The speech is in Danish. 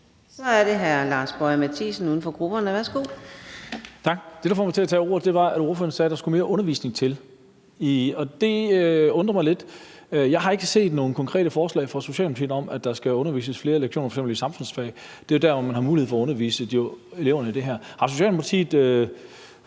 Så er det hr. Lars Boje Mathiesen, uden for grupperne. Værsgo. Kl. 14:33 Lars Boje Mathiesen (UFG): Tak. Det, der får mig til at tage ordet, er, at ordføreren sagde, at der skulle mere undervisning til, og det undrer mig lidt. Jeg har ikke set nogen konkrete forslag fra Socialdemokratiet om, at der skal undervises i flere lektioner i f.eks. samfundsfag – det er jo der, man har mulighed for at undervise eleverne i det her. Har Socialdemokratiet